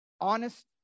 honest